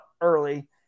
early